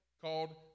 called